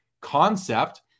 concept